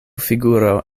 figuro